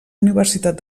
universitat